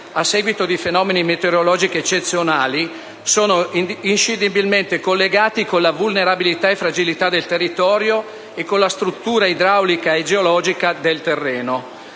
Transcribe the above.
a seguito di fenomeni meteorologici eccezionali sono inscindibilmente collegati alla vulnerabilità e alla fragilità del territorio e alla struttura idraulica e geologica del terreno.